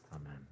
Amen